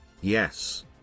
Yes